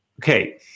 Okay